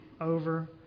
over